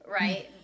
right